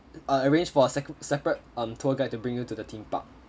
uh arrange for a second separate um tour guide to bring you to the theme park